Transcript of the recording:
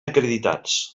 acreditats